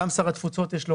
גם שר התפוצות, יש לומר,